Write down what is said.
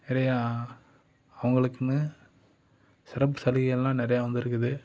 நிறையா அவங்களுக்குன்னு சிறப்பு சலுகைகள்லாம் நிறையா வந்திருக்குது